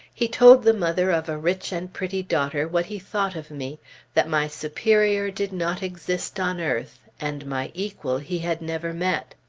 he told the mother of a rich and pretty daughter what he thought of me that my superior did not exist on earth, and my equal he had never met.